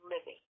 living